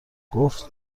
گفت